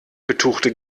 betuchte